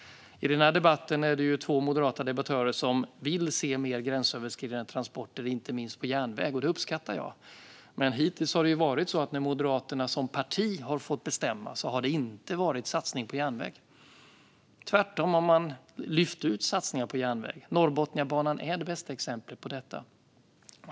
I denna debatt är det två moderata debattörer som vill se mer gränsöverskridande transporter, inte minst på järnväg. Det uppskattar jag. Men hittills har det varit så att när Moderaterna som parti har fått bestämma har det inte varit satsningar på järnväg. Tvärtom har de lyft ut satsningar på järnväg. Norrbotniabanan är det bästa exemplet på detta.